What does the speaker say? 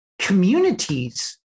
communities